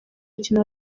umukino